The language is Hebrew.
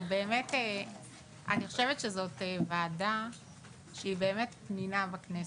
אני חושבת שזאת ועדה שהיא פנינה בכנסת.